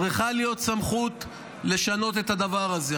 צריכה להיות סמכות לשנות את הדבר הזה.